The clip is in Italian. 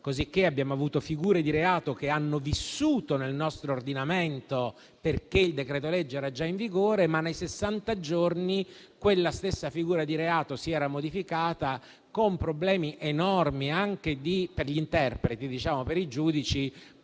modo, abbiamo avuto figure di reato che hanno vissuto nel nostro ordinamento perché il decreto-legge era già in vigore, ma nei sessanta giorni quella stessa figura di reato si era modificata, con problemi enormi per gli interpreti, per i giudici,